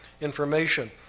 information